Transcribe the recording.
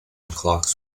clocks